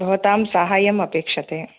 भवतां साहाय्यम् अपेक्षते